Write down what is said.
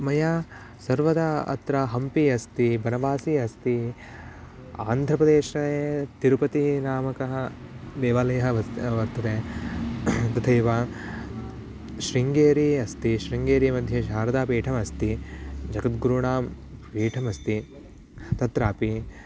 मया सर्वदा अत्र हम्पी अस्ति बनवासि अस्ति आन्ध्रप्रदेशे तिरुपतिः नामकः देवालयः वर्तते वर्तते तथैव शृङ्गेरी अस्ति शृङ्गेरी मध्ये शारदापीठमस्ति जगद्गुरूणां पीठमस्ति तत्रापि